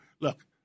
look